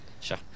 sure